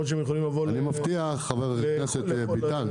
חבר הכנסת ביטן,